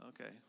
Okay